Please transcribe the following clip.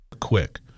quick